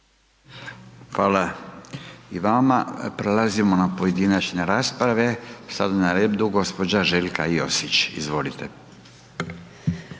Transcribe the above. Hvala i vama. Prelazimo na pojedinačne rasprave. Sada je na redu gđa. Željka Josić. Izvolite.